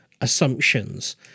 assumptions